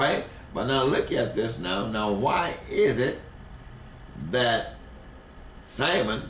right but now look at this now now why is it that simon